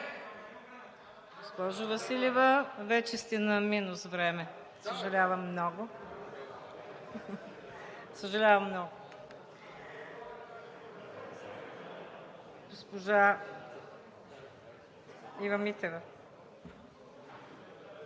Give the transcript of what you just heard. Госпожо Василева, вече сте на минус време. Съжалявам много. Госпожа Ива Митева.